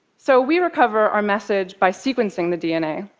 so we recover our message by sequencing the dna,